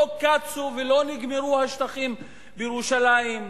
לא קצו ולא נגמרו השטחים בירושלים.